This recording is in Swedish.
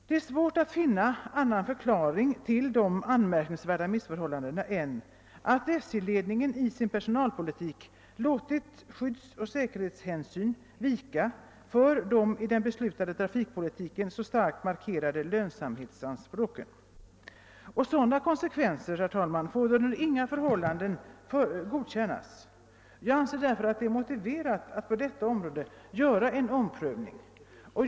Det är svårt att finna någon annan förklaring till de anmärkningsvärda «:missförhållandena än att SJ-ledningen i sin personalpoli tik låtit skyddsoch säkerhetshänsyn vika för de i den beslutade trafikpolitiken starkt markerade lönsamhetsanspråken. Sådana konsekvenser, herr talman, får under inga förhållanden godkännas. Jag anser därför, att det är motiverat att göra en omprövning på detta område.